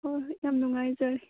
ꯍꯣꯏ ꯍꯣꯏ ꯌꯥꯝ ꯅꯨꯡꯉꯥꯏꯖꯔꯦ